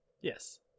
Yes